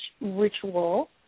ritual